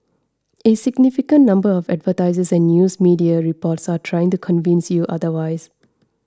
a significant number of advertisers and news media reports are trying to convince you otherwise